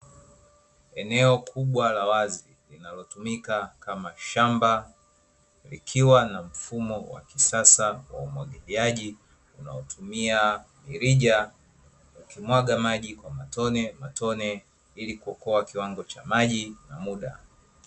Eneo kubwa la wazi linalotumika kama shamba, likiwa na mfumo wa kisasa wa umwagiliaji unaotumia mirija, ukimwaga maji kwa matone matone ili kuokoa kiwango cha maji na muda.